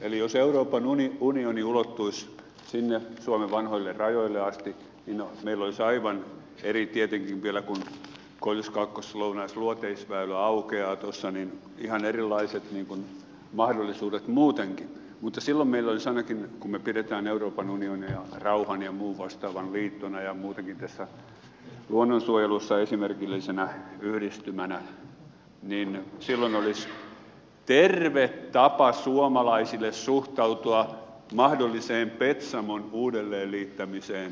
eli jos euroopan unioni ulottuisi sinne suomen vanhoille rajoille asti ja meluisa aivan eri tietenkin vielä kun koillis kaakkois lounais luoteisväylä aukeavat tuossa meillä on ihan erilaiset mahdollisuudet muutenkin mutta silloin meillä olisi ainakin kun me pidämme euroopan unionia rauhan ja muun vastaavan liittona ja muutenkin tässä luonnonsuojelussa esimerkillisenä yhdistymänä silloin olisi terve tapa suomalaisille suhtautua mahdolliseen petsamon uudelleen liittämiseen suomeen